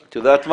את יודעת מה?